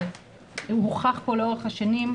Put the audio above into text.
והוא הוכח פה לאורך השנים,